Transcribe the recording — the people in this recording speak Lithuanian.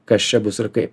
kas čia bus ir kaip